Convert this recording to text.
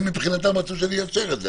הם מבחינתם רצו שאני אאשר את זה.